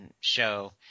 show